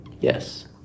Yes